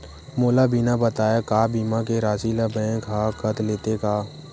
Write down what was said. मोला बिना बताय का बीमा के राशि ला बैंक हा कत लेते का?